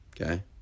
Okay